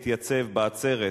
להתייצב בעצרת